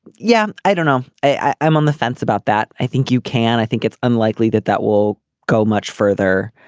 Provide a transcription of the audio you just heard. yeah i don't know. i'm on the fence about that. i think you can i think it's unlikely that that will go much further